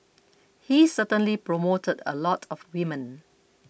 he certainly promoted a lot of women